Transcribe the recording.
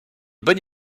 bonne